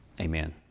Amen